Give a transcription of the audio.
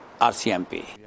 RCMP